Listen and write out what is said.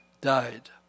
died